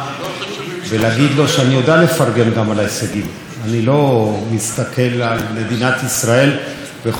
אני לא מסתכל על מדינת ישראל וחושב שיש רק גמלים בכבישים.